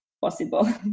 possible